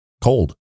cold